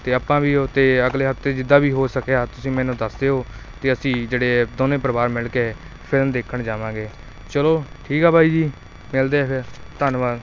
ਅਤੇ ਆਪਾਂ ਵੀ ਉਹ ਅਤੇ ਅਗਲੇ ਹਫਤੇ ਜਿੱਦਾਂ ਵੀ ਹੋ ਸਕਿਆ ਤੁਸੀਂ ਮੈਨੂੰ ਦੱਸ ਦਿਓ ਅਤੇ ਅਸੀਂ ਜਿਹੜੇ ਐ ਦੋਨੇ ਪਰਿਵਾਰ ਮਿਲ ਕੇ ਫਿਲਮ ਦੇਖਣ ਜਾਵਾਂਗੇ ਚਲੋ ਠੀਕ ਆ ਬਾਈ ਜੀ ਮਿਲਦੇ ਆ ਫਿਰ ਧੰਨਵਾਦ